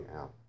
out